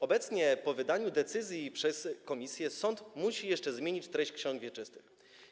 Obecnie po wydaniu decyzji przez komisję sąd musi jeszcze zmienić treść w księgach wieczystych.